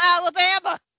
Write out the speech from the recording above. alabama